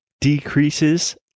decreases